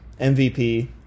MVP